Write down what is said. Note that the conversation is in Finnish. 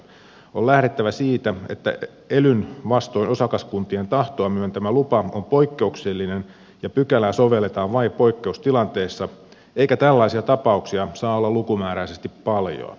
on lähdettävä siitä että elyn vastoin osakaskuntien tahtoa myöntämä lupa on poikkeuksellinen ja pykälää sovelletaan vain poikkeustilanteessa eikä tällaisia tapauksia saa olla lukumääräisesti paljon